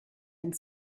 and